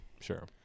Sure